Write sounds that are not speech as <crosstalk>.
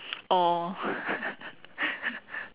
oh <laughs>